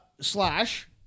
slash